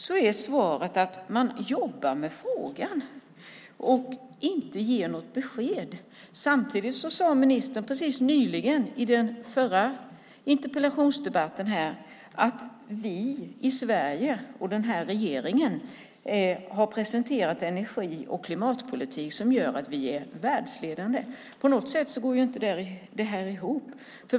Där är svaret att man jobbar med frågan, och man ger inte något besked. Samtidigt sade energiministern alldeles nyligen i den förra interpellationsdebatten att vi i Sverige och den här regeringen har presenterat energi och klimatpolitik som gör att vi är världsledande. På något sätt går inte det ihop.